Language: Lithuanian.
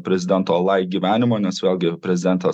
prezidento lai gyvenimo nes vėl gi prezidento